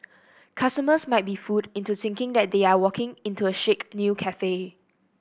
customers might be fooled into thinking that they are walking into a chic new cafe